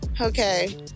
Okay